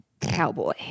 cowboy